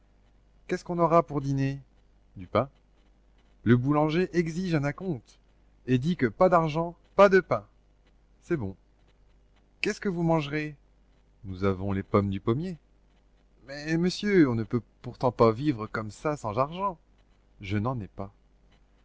qu'est-ce qu'on aura pour dîner du pain le boulanger exige un acompte et dit que pas d'argent pas de pain c'est bon qu'est-ce que vous mangerez nous avons les pommes du pommier mais monsieur on ne peut pourtant pas vivre comme ça sans argent je n'en ai pas